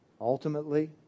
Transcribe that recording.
ultimately